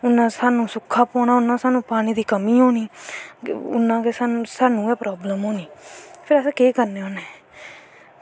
उन्ना स्हानू सुक्का पौना उन्नी स्हानू पानीं दी कमीं होनीं उन्ना गै स्हानू गै प्रावलम होनी फिर अस केह् करने होन्ने